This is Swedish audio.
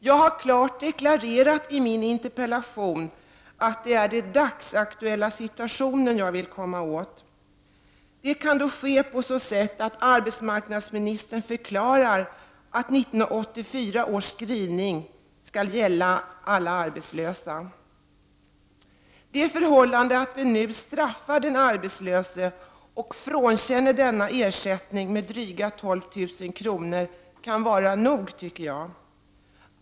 Jag har i min interpellation klart deklarerat att det är den dagsaktuella situationen jag vill komma åt. Det kan ske på så sätt att arbetsmarknadsmininstern förklarar att 1984 års skrivning skall gälla alla arbetslösa. Det förhållandet att vi nu straffar den arbetslöse och frånkänner denne ersättning med drygt 12 000 kr. kan vara nog, tycker jag.